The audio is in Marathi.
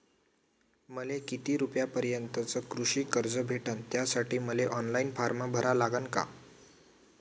मले किती रूपयापर्यंतचं कृषी कर्ज भेटन, त्यासाठी मले ऑनलाईन फारम भरा लागन का?